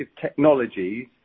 technologies